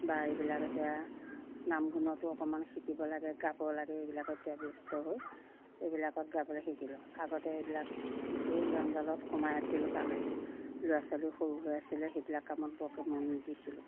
বা এইবিলাক এতিয়া নাম গুণতো অকমান শিকিব লাগে গাব লাগে এইবিলাকত এতিয়া ব্যস্ত হৈ এইবিলাকত গাবলৈ শিকিলোঁ আগতে এইবিলাক বিষয় জঞ্জালত সোমাই আছিলোঁ কাৰণে ল'ৰা ছোৱালীও সৰু হৈ আছিলে সেইবিলাক কামত বৰকৈ মন নিদিছিলোঁ